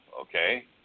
okay